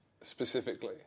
specifically